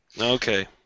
Okay